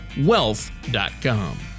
wealth.com